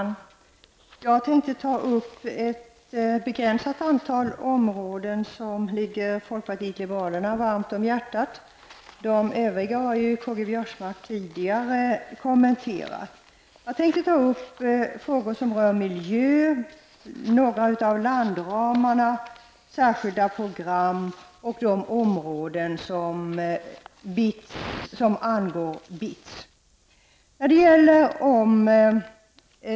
Herr talman! Jag skall ta upp ett begränsat antal områden som ligger oss i folkpartiet liberalerna varmt om hjärtat. Övriga områden har Karl-Göran Biörsmark tidigare kommenterat. Jag tänker ta upp frågor som rör miljön. Vidare tänker jag beröra några av landramarna samt särskilda program och de områden som angår BITS.